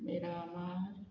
Miramar